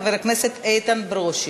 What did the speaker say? חבר הכנסת איתן ברושי.